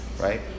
right